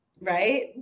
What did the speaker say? Right